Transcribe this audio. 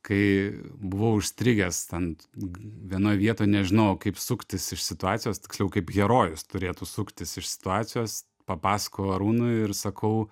kai buvau užstrigęs ant vienoj vietoj nežinojau kaip suktis iš situacijos tiksliau kaip herojus turėtų suktis iš situacijos papasakojau arūnui ir sakau